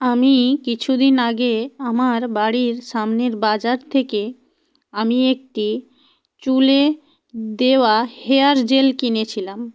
আমি কিছু দিন আগে আমার বাড়ির সামনের বাজার থেকে আমি একটি চুলে দেওয়া হেয়ার জেল কিনেছিলাম